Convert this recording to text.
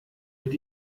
mit